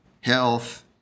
health